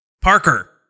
Parker